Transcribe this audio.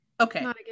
Okay